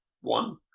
one